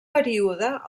període